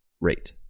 rate